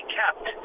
kept